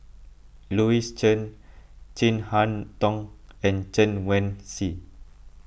Louis Chen Chin Harn Tong and Chen Wen Hsi